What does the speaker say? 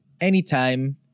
anytime